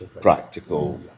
practical